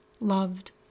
loved